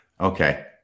Okay